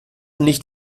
nicht